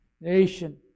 nation